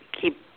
keep